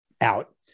out